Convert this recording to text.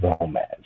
romance